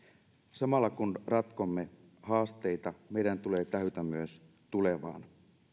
samalla kun ratkomme haasteita meidän tulee tähytä myös tulevaan